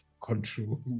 control